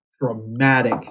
dramatic